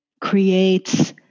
creates